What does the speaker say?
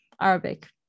Arabic